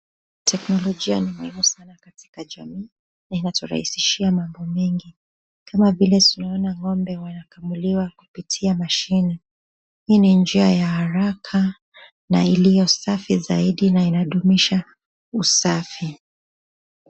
Teknolojia ni muhimu saana katika jamii na inaturahisishia mambo mengi, kama vile tunaona ngombe wanakamuliwa kupitia mashine. Hii ni njia ya haraka na iliyo safi zaidi na inadumisha usafi.